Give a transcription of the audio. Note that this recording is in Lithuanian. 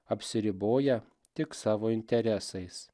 apsiriboja tik savo interesais